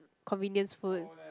convenience food